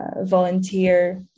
volunteer